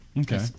okay